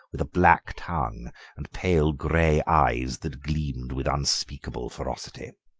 with a black tongue and pale grey eyes that gleamed with unspeakable ferocity.